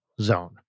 zone